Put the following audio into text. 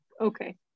okay